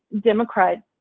Democrat